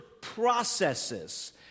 processes